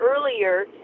earlier